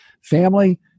family